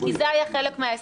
כי זה היה חלק מההסכם.